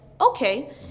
okay